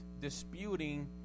disputing